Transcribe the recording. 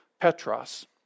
Petros